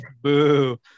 boo